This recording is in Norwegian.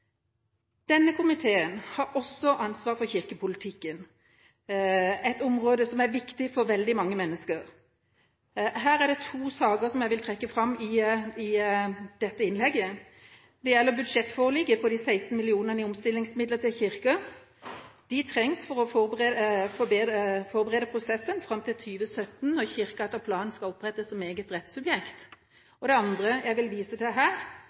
Denne komiteen har også ansvaret for kirkepolitikken, et område som er viktig for veldig mange mennesker. Her er det to saker som jeg vil trekke fram i dette innlegget. Det gjelder budsjettforliket om de 16 mill. kr i omstillingsmidler til Kirka. De trengs for å forberede prosessen fram til 2017, da Kirka etter planen skal opprettes som eget rettssubjekt. Det andre jeg vil vise til her,